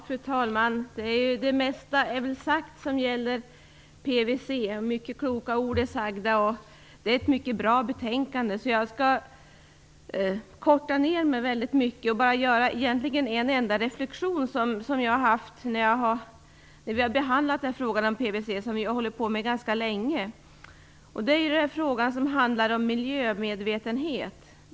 Fru talman! Det mesta är redan sagt om PVC. Många kloka ord har sagts. Detta är ett mycket bra betänkande. Jag skall därför korta ner mitt inlägg och göra en enda reflexion som jag haft när vi behandlat frågan om PVC, som vi ju hållit på med ganska länge. Det handlar om miljömedvetenhet.